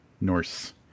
Norse